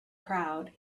crowd